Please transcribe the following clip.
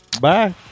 Bye